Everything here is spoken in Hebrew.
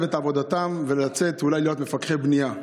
את עבודתם ולצאת אולי להיות מפקחי בנייה.